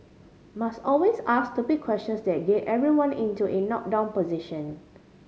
must always ask stupid questions that get everyone into in knock down position